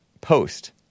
Post